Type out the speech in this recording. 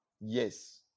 Yes